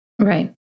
Right